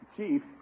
Chief